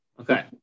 Okay